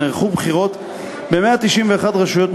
נערכו בחירות ב-191 רשויות מקומיות,